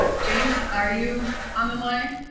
james, are you on the line?